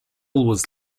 was